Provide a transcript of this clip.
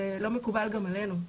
זה לא מקובל גם עלינו.